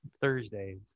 Thursdays